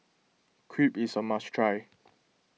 Crepe is a must try